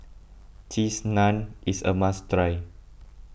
Cheese Naan is a must try